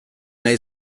nahi